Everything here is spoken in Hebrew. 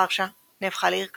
ורשה נהפכה לעיר קפיטליסטית,